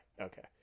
okay